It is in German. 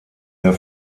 der